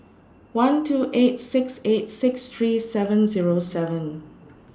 one two eight six eight six three seven Zero seven